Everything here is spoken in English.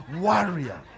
warrior